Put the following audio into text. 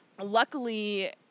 luckily